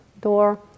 door